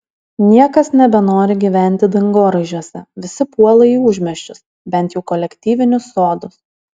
niekas nebenori gyventi dangoraižiuose visi puola į užmiesčius bent jau kolektyvinius sodus